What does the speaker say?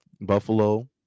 Buffalo